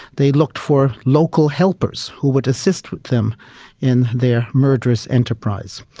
they looked for local helpers who would assist with them in their murderous enterprise.